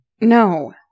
No